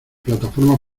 plataforma